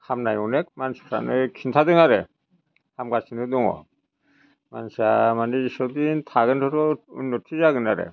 हामनाय अनेक मानसिफ्रानो खिन्थादों आरो हामगासिनो दङ मानसिया मानि जेसेबां दिन थागोन उन्न'थि जागोन आरो